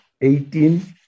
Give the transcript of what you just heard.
eighteen